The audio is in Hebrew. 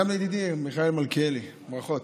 גם לידידי מיכאל מלכיאלי, ברכות.